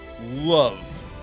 Love